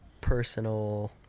personal